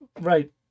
right